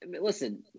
Listen